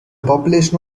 population